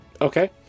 Okay